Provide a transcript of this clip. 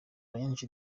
banjye